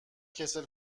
کسل